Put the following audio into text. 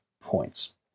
points